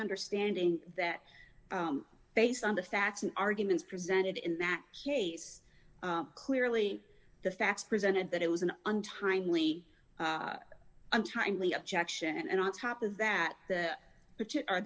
understanding that based on the facts and arguments presented in that case clearly the facts presented that it was an untimely untimely objection and on top of that which are